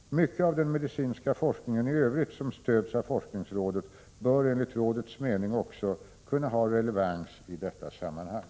Mycket av den medicinska forskningen i övrigt som stöds av forskningsrådet bör enligt rådets mening också kunna ha relevans i detta sammanhang.